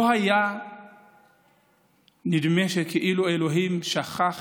נדמה כאילו אלוהים שכח